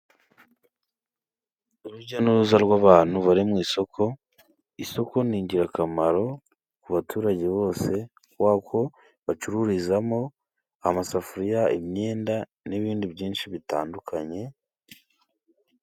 Urujya n'uruza rw'abantu bari mu isoko. Isoko ni ingirakamaro ku baturage bose kubera ko bacururizamo amasafuriya, imyenda n'ibindi byinshi bitandukanye.